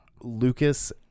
Lucas